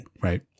right